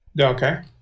Okay